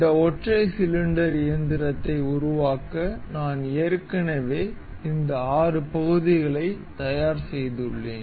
இந்த ஒற்றை சிலிண்டர் இயந்திரத்தை உருவாக்க நான் ஏற்கனவே இந்த 6 பகுதிகளை தயார் செய்துள்ளேன்